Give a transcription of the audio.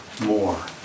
more